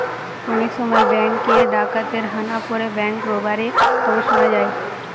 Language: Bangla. অনেক সময় বেঙ্ক এ ডাকাতের হানা পড়ে ব্যাঙ্ক রোবারির খবর শুনা যায়